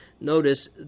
Notice